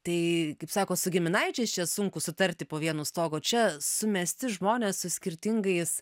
tai kaip sako su giminaičiais čia sunku sutarti po vienu stogu o čia sumesti žmonės su skirtingais